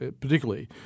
particularly